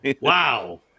Wow